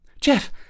Jeff